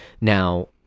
Now